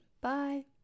bye